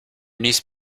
niece